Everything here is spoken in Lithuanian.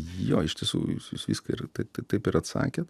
jo iš tiesų jūs jūs viską ir tai taip ir atsakėt